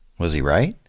was he right?